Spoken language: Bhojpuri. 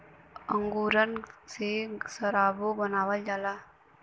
अंगूरन से सराबो बनावल जाला